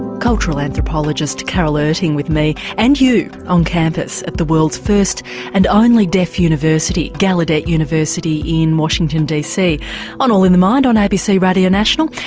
cultural anthropologist carol erting with me, and you, on campus at the world's first and only deaf university, gallaudet university in washington dc on all in the mind on abc radio national.